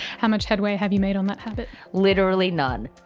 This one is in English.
how much headway have you made on that habit? literally none.